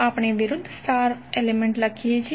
આપણે વિરુદ્ધ star element લખીએ છીએ